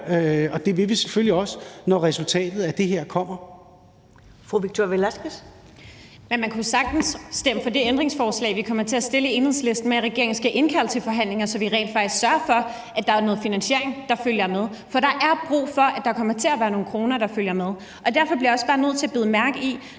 næstformand (Karen Ellemann): Fru Victoria Velasquez. Kl. 13:09 Victoria Velasquez (EL): Men man kunne jo sagtens stemme for det ændringsforslag, vi i Enhedslisten kommer til at stille, om, at regeringen skal indkalde til forhandlinger, så man rent faktisk sørger for, at der er noget finansiering, der følger med. For der er brug for, at der kommer til at være nogle kroner, der følger med. Derfor bliver jeg også bare nødt til at bide mærke i